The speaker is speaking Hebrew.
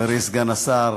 חברי סגן השר,